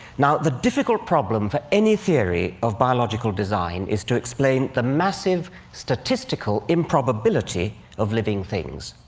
now, the difficult problem for any theory of biological design is to explain the massive statistical improbability of living things.